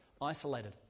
isolated